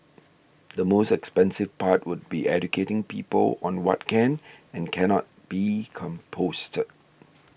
the most expensive part would be educating people on what can and can not be composted